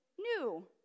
new